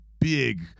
big –